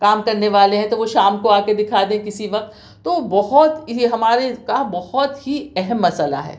کام کرنے والے ہیں تو وہ شام کو آ کے دکھا دیں کسی وقت تو بہت یہ ہمارے کا بہت ہی اہم مسئلہ ہے